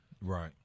Right